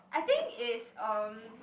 I think is uh